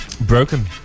Broken